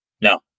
No